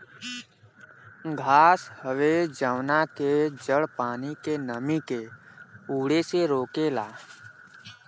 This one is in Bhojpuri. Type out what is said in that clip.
घास हवे जवना के जड़ पानी के नमी के उड़े से रोकेला